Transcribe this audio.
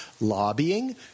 lobbying